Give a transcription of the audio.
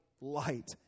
light